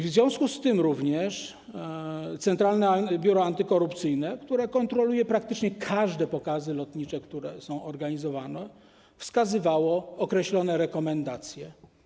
W związku z tym również Centralne Biuro Antykorupcyjne, które kontroluje praktycznie wszystkie pokazy lotnicze, które są organizowane, wskazywało określone rekomendacje.